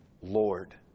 Lord